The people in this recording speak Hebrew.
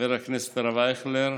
חבר הכנסת הרב אייכלר,